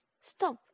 stop